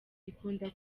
ikunda